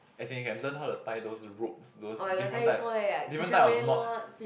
as in you can learn how to tie those ropes those different type different type of knots